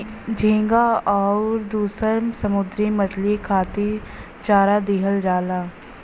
झींगा आउर दुसर समुंदरी मछरी खातिर चारा दिहल जाला